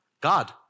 God